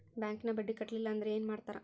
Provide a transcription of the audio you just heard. ಬ್ಯಾಂಕಿನ ಬಡ್ಡಿ ಕಟ್ಟಲಿಲ್ಲ ಅಂದ್ರೆ ಏನ್ ಮಾಡ್ತಾರ?